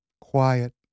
quiet